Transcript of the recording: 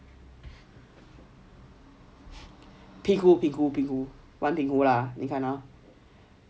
pigu pigu pigu 玩 pigu lah